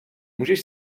můžeš